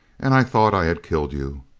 and i thought i had killed you.